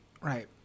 Right